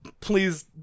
Please